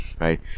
right